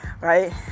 right